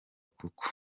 kuko